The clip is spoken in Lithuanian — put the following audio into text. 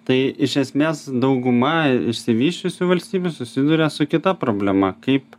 tai iš esmės dauguma išsivysčiusių valstybių susiduria su kita problema kaip